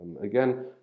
again